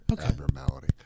abnormality